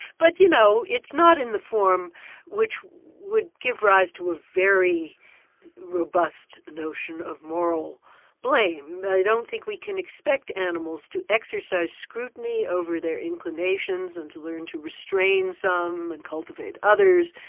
but you know, it's not in the form which would give rise to a very robust notion of moral blame. i don't think we can expect animals to exercise scrutiny over their inclinations and to learn to restrain some and cultivate others,